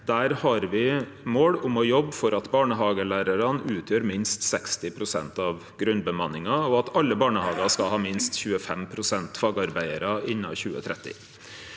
Der har me mål om å jobbe for at barnehagelærarane skal utgjere minst 60 pst. av grunnbemanninga, og at alle barnehagar skal ha minst 25 pst. fagarbeidarar innan 2030.